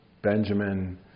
Benjamin